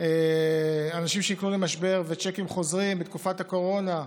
אנשים נקלעים למשבר והצ'קים חוזרים בתקופת הקורונה,